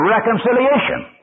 Reconciliation